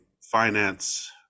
finance